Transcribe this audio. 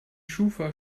schufa